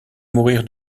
mourir